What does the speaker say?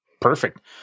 perfect